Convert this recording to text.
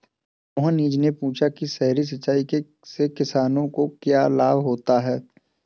मोहनीश ने पूछा कि सतही सिंचाई से किसानों को क्या लाभ होता है?